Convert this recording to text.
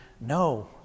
No